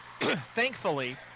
Thankfully